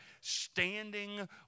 standing